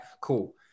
Cool